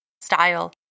style